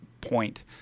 point